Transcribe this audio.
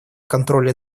контроля